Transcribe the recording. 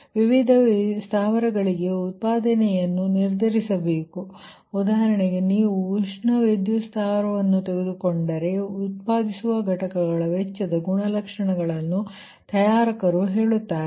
ನೀವು ವಿವಿಧ ಸ್ಥಾವರಗಳಿಗೆ ಉತ್ಪಾದನೆಯನ್ನು ನಿರ್ಧರಿಸಬೇಕು ಉದಾಹರಣೆಗೆ ನೀವು ಉಷ್ಣ ವಿದ್ಯುತ್ ಸ್ಥಾವರವನ್ನು ತೆಗೆದುಕೊಂಡರೆ ಉತ್ಪಾದಿಸುವ ಘಟಕಗಳ ವೆಚ್ಚದ ಗುಣಲಕ್ಷಣಗಳನ್ನು ತಯಾರಕರು ಹೇಳುತ್ತಾರೆ